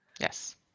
Yes